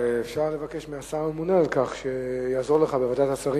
ואפשר לבקש מהשר הממונה על כך שיעזור לך בוועדת השרים.